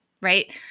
right